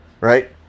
right